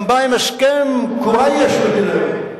הוא גם בא עם הסכם קורייש, את הדיון הזה.